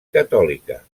catòlica